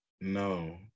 No